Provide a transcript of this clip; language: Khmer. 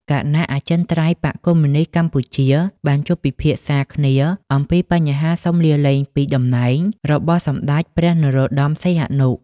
គណៈអចិន្ត្រៃយ៍បក្សកុម្មុយនីសកម្ពុជាបានជួបពិភាក្សាគ្នាអំពីបញ្ហាសុំលាលែងពី តំណែងរបស់សម្តេចព្រះ នរោត្តម សីហនុ។